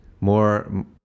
more